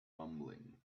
rumbling